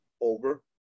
over